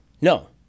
No